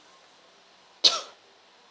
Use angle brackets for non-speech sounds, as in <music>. <coughs>